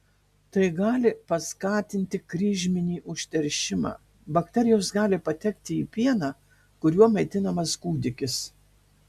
tai gali paskatinti kryžminį užteršimą bakterijos gali patekti į pieną kuriuo maitinamas kūdikis